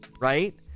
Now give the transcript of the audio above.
right